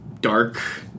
dark